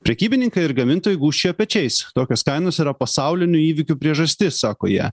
prekybininkai ir gamintojai gūžčioja pečiais tokios kainos yra pasaulinių įvykių priežastis sako jie